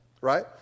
right